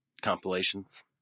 compilations